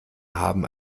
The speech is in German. haben